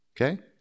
Okay